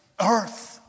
earth